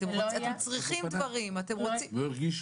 אתם צריכים דברים --- לא היה עורף.